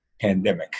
pandemic